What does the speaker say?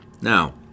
Now